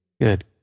Good